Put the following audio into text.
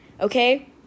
Okay